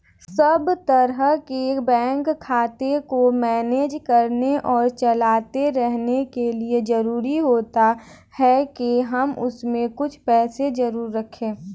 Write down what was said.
सब तरह के बैंक खाते को मैनेज करने और चलाते रहने के लिए जरुरी होता है के हम उसमें कुछ पैसे जरूर रखे